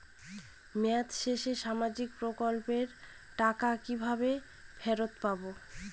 মেয়াদ শেষে সামাজিক প্রকল্পের টাকা কিভাবে ফেরত পাবো?